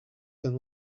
can